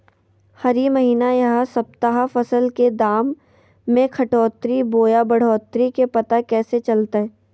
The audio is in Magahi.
हरी महीना यह सप्ताह फसल के दाम में घटोतरी बोया बढ़ोतरी के पता कैसे चलतय?